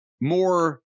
more